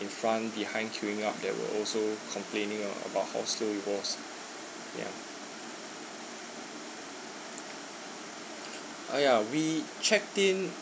in front behind queuing up that were also complaining uh about how slow it was ya ah ya we checked in